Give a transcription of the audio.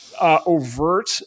overt